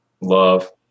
love